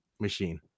machine